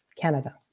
Canada